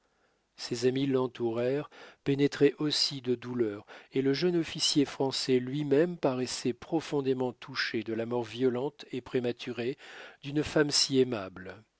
ses amis l'entourèrent pénétrés aussi de douleur et le jeune officier français lui-même paraissait profondément touché de la mort violente et prématurée d'une femme si aimable